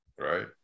right